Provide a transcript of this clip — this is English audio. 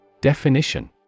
Definition